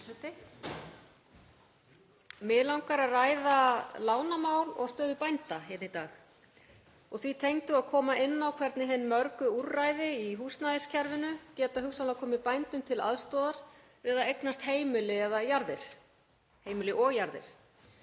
Mig langar að ræða lánamál og stöðu bænda hér í dag og því tengdu að koma inn á hvernig hin mörgu úrræði í húsnæðiskerfinu geta hugsanlega komið bændum til aðstoðar við að eignast heimili og jarðir. Ég velti